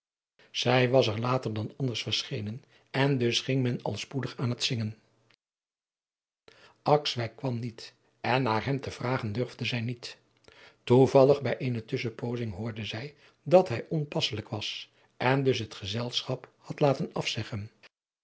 zij was er later dan anders verschenen en dus ging men al spoedig aan het adriaan loosjes pzn het leven van hillegonda buisman zingen akswijk kwam niet en naar hem te vragen durfde zij niet toevallig bij eene tusschenpoozing hoorde zij dat hij onpasselijk was en dus het gezelschap had laten afzeggen